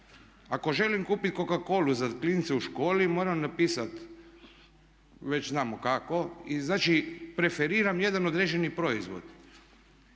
Ako želim kupit coca colu za klince u školi moram napisati već znamo kako i znači preferiram jedan određeni proizvod,